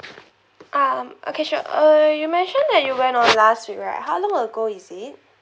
ah okay sure uh you mention that you went on last week right how long ago is it